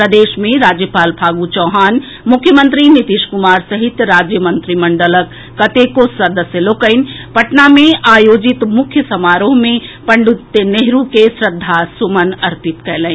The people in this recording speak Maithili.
प्रदेश मे राज्यपाल फागु चौहान मुख्यमंत्री नीतीश कुमार सहित राज्य मंत्रिमंडलक कतेको सदस्य लोकनि पटना मे आयोजित मुख्य समारोह मे पंडित नेहरू के श्रद्धा सुमन अर्पित कयलनि